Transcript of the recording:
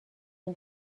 این